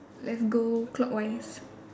let's go clockwise